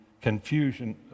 confusion